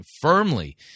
firmly